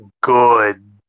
good